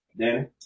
Danny